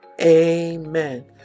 amen